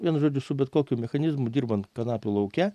vienu žodžiu su bet kokiu mechanizmu dirbant kanapių lauke